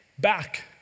back